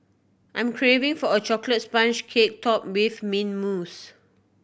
I'm craving for a chocolate sponge cake topped with mint mousse